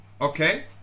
okay